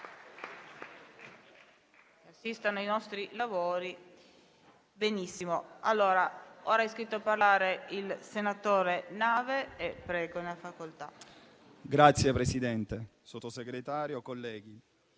Signor Presidente, Sottosegretario, colleghi,